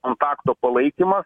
kontakto palaikymas